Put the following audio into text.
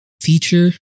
feature